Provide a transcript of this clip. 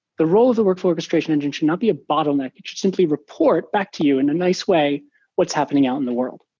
the role of the workflow orchestration engine should not be a bottleneck. it just simply report back to you in a nice way what's happening out in the world.